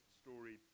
story